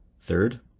Third